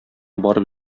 барып